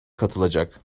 katılacak